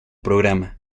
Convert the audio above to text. programa